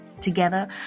together